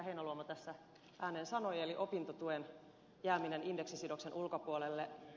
heinäluoma tässä ääneen sanoi eli opintotuen jääminen indeksisidoksen ulkopuolelle